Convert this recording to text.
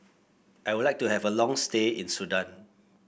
I would like to have a long stay in Sudan